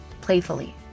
playfully